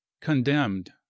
Condemned